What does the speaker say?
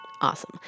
Awesome